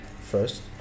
First